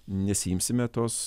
nesiimsime tos